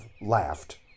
laughed